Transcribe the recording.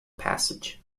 passage